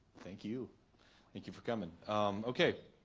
thank you thank you for coming ok